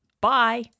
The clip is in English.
Bye